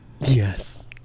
yes